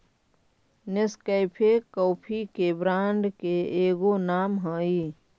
Nescafe coffee के brand के एगो नाम हई